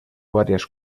varias